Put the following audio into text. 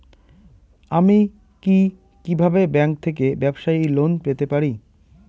আমি কি কিভাবে ব্যাংক থেকে ব্যবসায়ী লোন পেতে পারি?